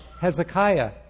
Hezekiah